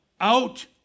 out